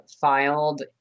filed